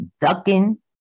ducking